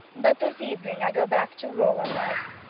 but this evening i go back to rural life.